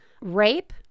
rape